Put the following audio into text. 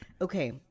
Okay